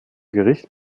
gericht